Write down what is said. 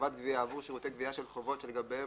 לחברת גבייה עבור שירותי גבייה של חובות שלגביהם